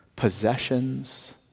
possessions